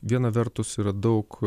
viena vertus yra daug